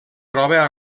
troba